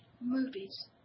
movies